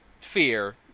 fear